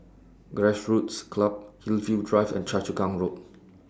Grassroots Club Hillview Drive and Choa Chu Kang Road